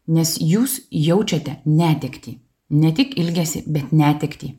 nes jūs jaučiate netektį ne tik ilgesį bet netektį